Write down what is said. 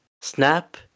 Snap